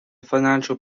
financial